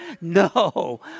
No